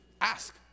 ask